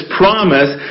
promise